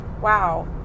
Wow